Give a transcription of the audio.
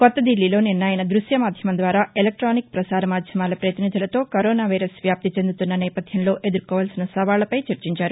కొత్త దిబ్లీలో నిన్న ఆయన ద్బశ్య మాధ్యమం ద్వారా ఎలక్ష్యానిక్ పసార మాధ్యమాల పతినిధులతో కరోనా వైరస్ వ్యాప్తి చెందుతున్న నేపథ్యంలో ఎదుర్కొనవలసిన సవాళ్లపై చర్చించారు